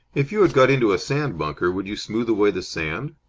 if you had got into a sand-bunker, would you smooth away the sand?